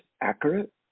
accurate